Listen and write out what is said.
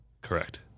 Correct